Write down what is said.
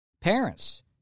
Parents